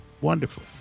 wonderful